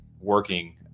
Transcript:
working